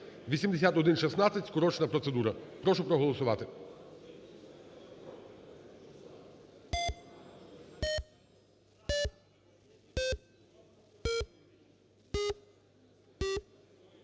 8116 - скорочена процедура. Прошу проголосувати.